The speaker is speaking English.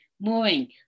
moving